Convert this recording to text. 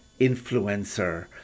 influencer